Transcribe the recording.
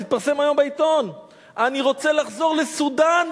זה התפרסם היום בעיתון: אני רוצה לחזור לסודן,